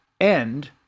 end